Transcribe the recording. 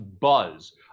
buzz